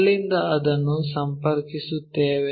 ಅಲ್ಲಿಂದ ಅದನ್ನು ಸಂಪರ್ಕಿಸುತ್ತೇವೆ